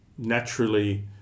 naturally